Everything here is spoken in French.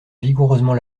vigoureusement